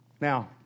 Now